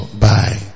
Bye